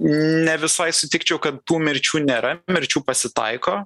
ne visai sutikčiau kad tų mirčių nėra mirčių pasitaiko